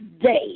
day